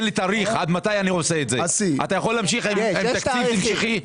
תאריך עד מתי אתה יכול להמשיך עם תקציב המשכי?